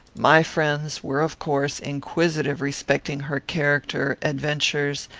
my friends were of course inquisitive respecting her character, adventures,